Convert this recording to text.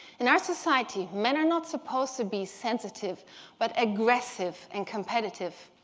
in our society, men are not supposed to be sensitive but aggressive and competitive.